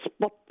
spot